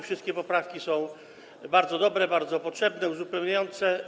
Wszystkie poprawki są bardzo dobre, bardzo potrzebne, uzupełniające.